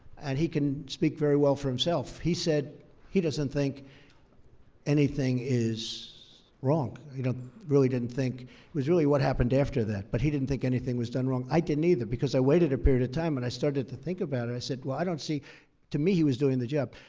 and he can speak very well for himself. he said he doesn't think anything is wrong. he really didn't think it was really what happened after that, but he didn't think anything was done wrong. i didn't either, because i waited a period of time and i started to think about it. i said, well, i don't see to me, he was doing the job.